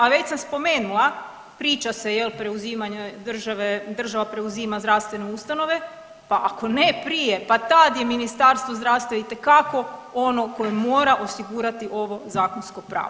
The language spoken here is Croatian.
A već sam spomenula, priča se, je li, preuzimanje države, država preuzima zdravstvene ustanove pa ako ne prije, pa tad je Ministarstvo zdravstva itekako ono koje mora osigurati ovo zakonsko pravo.